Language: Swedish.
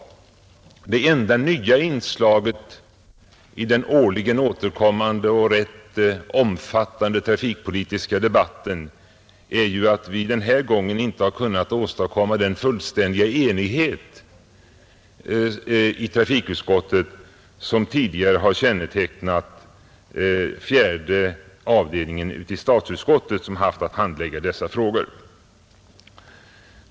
Det enda nya inslaget i den årligen återkommande och rätt omfattande trafikpolitiska debatten är att vi den här gången inte kunnat åstadkomma den fullständiga enighet i trafikutskottet som tidigare kännetecknat fjärde avdelningen i statsutskottet, som haft att handlägga dessa frågor.